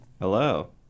Hello